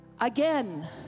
again